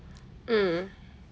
mm